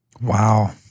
Wow